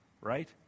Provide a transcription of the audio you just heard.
right